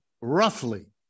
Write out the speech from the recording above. roughly